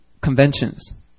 conventions